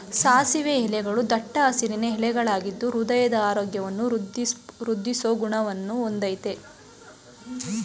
ಸಾಸಿವೆ ಎಲೆಗಳೂ ದಟ್ಟ ಹಸಿರಿನ ಎಲೆಗಳಾಗಿದ್ದು ಹೃದಯದ ಆರೋಗ್ಯವನ್ನು ವೃದ್ದಿಸೋ ಗುಣವನ್ನ ಹೊಂದಯ್ತೆ